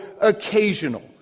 occasional